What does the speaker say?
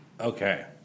Okay